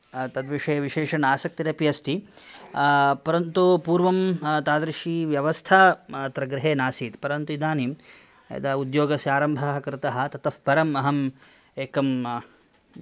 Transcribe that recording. तद्विषये विशेषेण आसक्तिरपि अस्ति परन्तु पूर्वं तादृशी व्यवस्था अत्र गृहे नासीत् परन्तु इदानीं यदा उद्योगस्य आरम्भः कृतः ततः परम् अहं एकं